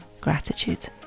gratitude